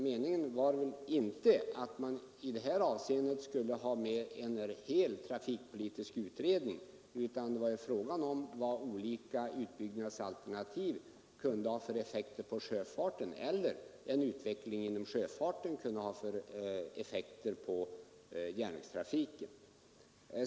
Meningen var väl inte att man i det här avseendet skulle ha med kravet på en hel trafikpolitisk utredning, utan det var fråga om vilka effekter på sjöfarten som olika utbyggnadsalternativ kunde ha eller vilka effekter en utveckling av sjöfarten kunde ha på järnvägstrafiken.